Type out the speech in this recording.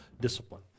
discipline